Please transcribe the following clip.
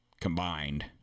combined